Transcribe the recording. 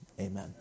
amen